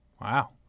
Wow